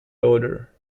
daughter